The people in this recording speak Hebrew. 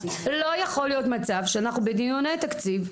לא יכול להיות מצב שאנחנו בדיוני תקציב,